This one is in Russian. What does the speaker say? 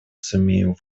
сумеем